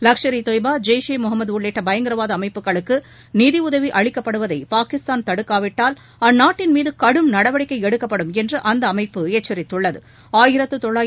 லஷ்கள் இ தொய்பா ஜெய்ஷே முஹமது உள்ளிட்ட பயங்கரவாத அமைப்புகளுக்கு நிதி உதவி அளிக்கப்படுவதை பாகிஸ்தான் தடுக்காவிட்டால் அந்நாட்டின் மீது கடும் நடவடிக்கை எடுக்கப்படும் என்று அந்த அமைப்பு எச்சரித்துள்ளது